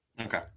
Okay